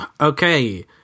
Okay